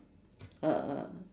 uh